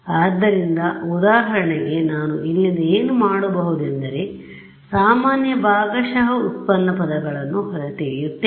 ಆದ್ದರಿಂದ ಉದಾಹರಣೆಗೆನಾನು ಇಲ್ಲಿಂದ ಏನು ಮಾಡಬಹುದೆಂದರೆ ಸಾಮಾನ್ಯ ಭಾಗಶಃ ವ್ಯುತ್ಪನ್ನ ಪದಗಳನ್ನು ಹೊರತೆಗೆಯುತ್ತೇನೆ